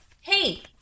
Hey